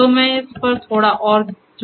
तो मैं इस पर थोड़ा और जोड़ दूंगा